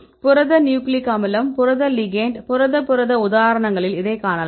புரத நியூக்ளிக் அமிலம் புரத லிகெெண்ட் புரத புரத உதாரணங்களில் இதனை காணலாம்